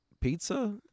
pizza